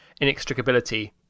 inextricability